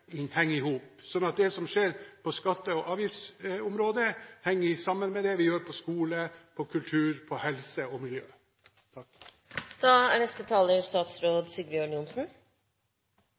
at det som skjer på skatte- og avgiftsområdet, henger sammen med det vi gjør innen skole, kultur, helse og miljø.